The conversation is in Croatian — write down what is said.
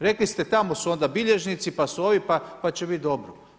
Rekli ste tamo su onda bilježnici, pa su ovi pa će bit dobro.